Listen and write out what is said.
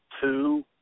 two